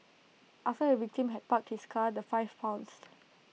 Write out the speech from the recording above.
after the victim had parked his car the five pounced